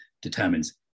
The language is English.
Determines